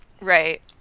Right